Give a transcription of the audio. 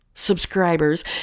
subscribers